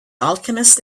alchemist